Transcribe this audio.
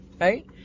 Right